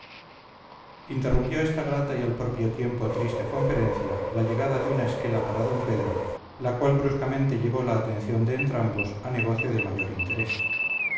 interrumpió esta grata y al propio tiempo triste conferencia la llegada de una esquela para d pedro la cual bruscamente llevó la atención de entrambos a negocio de mayor interés